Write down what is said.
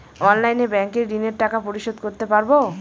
অনলাইনে ব্যাংকের ঋণের টাকা পরিশোধ করতে পারবো?